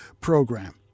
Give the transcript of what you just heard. program